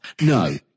No